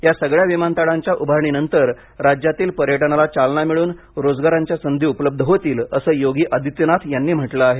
या सगळ्या विमानतळांच्या उभारणीनंतर राज्यातील पर्यटनाला चालना मिळून रोजगारांच्या संधी उपलब्ध होतील असं योगी आदित्यनाथ यांनी म्हंटलं आहे